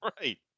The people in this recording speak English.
right